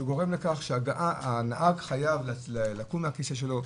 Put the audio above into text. זה גורם לכך שהנהג חייב לקום מהכיסא שלו,